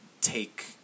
take